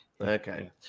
Okay